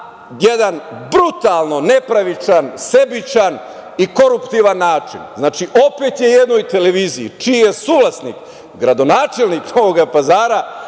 jedan brutalno nepravičan, sebičan i koruptivan način. Znači, opet je jednoj televiziji čiji je suvlasnik gradonačelnik Novoga Pazara